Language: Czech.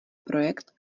projekt